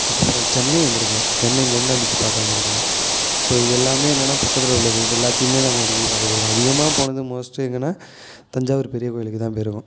அதுக்கப்புறம் சென்னை வந்திருக்கேன் சென்னை மெரினா பீச்சை பார்க்க வந்திருக்கேன் ஸோ இது எல்லாமே என்னான்னா பக்கத்தில் உள்ளது இது எல்லாத்தையுமே நாங்கள் அடிக்கடி பார்க்க போயிருக்கோம் அதிகமாக போனது மோஸ்ட் எங்கன்னா தஞ்சாவூர் பெரிய கோயிலுக்கு தான் போயிருக்கோம்